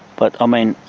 but i mean,